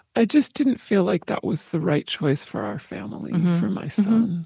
i just didn't feel like that was the right choice for our family, for my son.